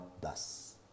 thus